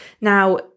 Now